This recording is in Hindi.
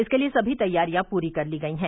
इसके लिए सभी तैयारियां पूरी कर ली गई है